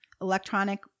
electronic